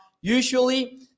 Usually